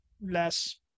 less